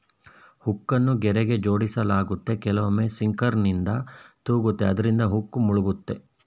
ಹುಕ್ಕನ್ನು ಗೆರೆಗೆ ಜೋಡಿಸಲಾಗುತ್ತೆ ಕೆಲವೊಮ್ಮೆ ಸಿಂಕರ್ನಿಂದ ತೂಗುತ್ತೆ ಅದ್ರಿಂದ ಹುಕ್ ಮುಳುಗುತ್ತೆ